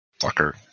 Fucker